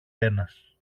ένας